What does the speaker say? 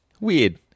Weird